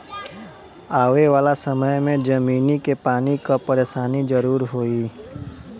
आवे वाला समय में जमीनी के पानी कअ परेशानी जरूर होई